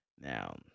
Now